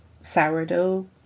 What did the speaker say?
sourdough